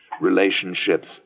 relationships